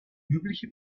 übliche